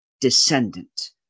descendant